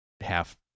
half